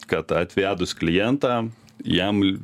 kad atvedus klientą jam